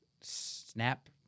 snap